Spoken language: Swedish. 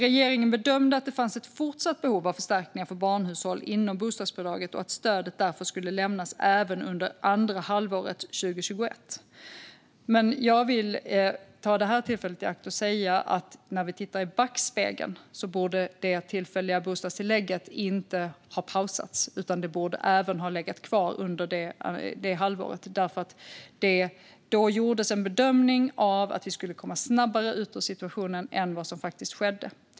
Regeringen bedömde att det fanns ett fortsatt behov av förstärkningar för barnhushåll inom bostadsbidraget och att stödet därför skulle lämnas även under andra halvåret 2021. Jag vill dock ta tillfället i akt att säga att när vi tittar i backspegeln kan vi se att det tillfälliga bostadstillägget inte borde ha pausats, utan det borde ha legat kvar också under det halvåret. Det gjordes en bedömning att vi skulle komma snabbare ut ur situationen än vad som faktiskt blev fallet.